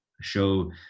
show